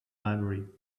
library